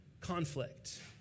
conflict